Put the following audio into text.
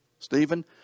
Stephen